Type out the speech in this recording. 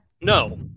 No